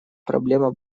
проблема